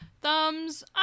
thumbs